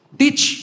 teach